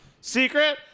Secret